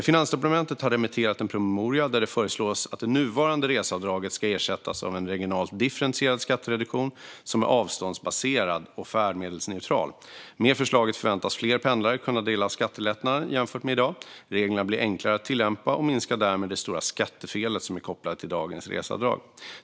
Finansdepartementet har remitterat en promemoria där det föreslås att det nuvarande reseavdraget ska ersättas av en regionalt differentierad skattereduktion som är avståndsbaserad och färdmedelsneutral. Med förslaget förväntas fler pendlare kunna ta del av skattelättnaden jämfört med i dag. Reglerna blir enklare att tillämpa och minskar därmed det stora skattefel som är kopplat till dagens reseavdrag.